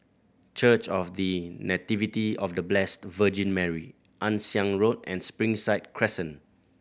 Church of The Nativity of The Blessed Virgin Mary Ann Siang Road and Springside Crescent